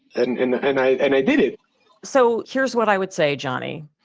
and and and i and i did it so here's what i would say, johnny.